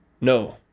No